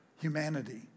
humanity